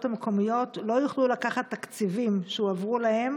המקומיות לא יוכלו לקחת תקציבים שהועברו להם